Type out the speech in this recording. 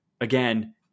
again